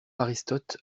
aristote